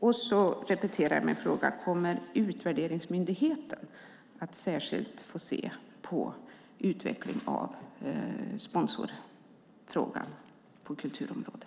Sedan vill jag repetera min fråga: Kommer utvärderingsmyndigheten att särskilt se på utveckling av sponsorfrågan på kulturområdet?